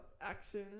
action